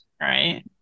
right